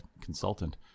consultant